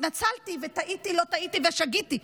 התנצלתי וטעיתי לא טעיתי ושגיתי,